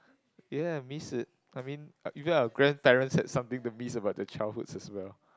ye miss it I mean even our grandparents had something to miss about their childhoods as well